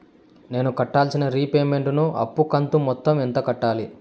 నేను కట్టాల్సిన రీపేమెంట్ ను అప్పు కంతు మొత్తం ఎంత కట్టాలి?